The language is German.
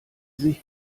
sich